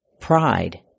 Pride